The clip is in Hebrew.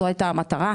זו הייתה המטרה.